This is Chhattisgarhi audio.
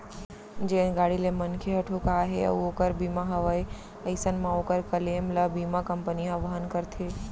जेन गाड़ी ले मनखे ह ठोंकाय हे अउ ओकर बीमा हवय अइसन म ओकर क्लेम ल बीमा कंपनी ह वहन करथे